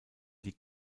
die